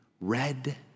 red